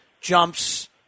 jumps